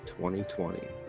2020